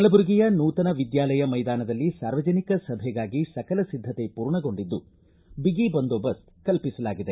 ಕಲಬುರಗಿಯ ನೂತನ ವಿದ್ವಾಲಯ ಮೈದಾನದಲ್ಲಿ ಸಾರ್ವಜನಿಕ ಸಭೆಗಾಗಿ ಸಕಲ ಸಿದ್ದತೆ ಪೂರ್ಣಗೊಂಡಿದ್ದು ಬಿಗಿ ಬಂದೋಬಸ್ತ್ ಕಲ್ಪಿಸಲಾಗಿದೆ